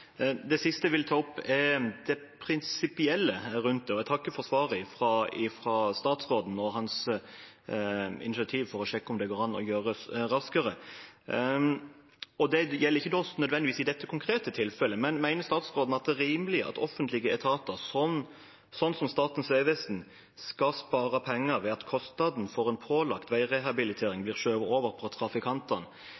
Jeg takker for svaret fra statsråden og for hans initiativ til å sjekke om det kan gjøres raskere. Det siste jeg vil ta opp, er det prinsipielle, og det gjelder ikke nødvendigvis dette konkrete tilfellet. Mener statsråden at det er rimelig at offentlige etater, som Statens vegvesen, skal spare penger ved at kostnaden for en pålagt veirehabilitering